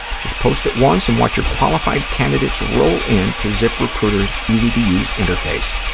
just post it once and watch your qualified candidates roll in to ziprecruiter's easy-to-use interface.